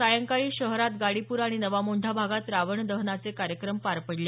सायंकाळी शहरात गाडीपूरा आणि नवा मोंढा भागात रावण दहनाचे कार्यक्रम पार पडले